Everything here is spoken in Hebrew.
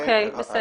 תודה.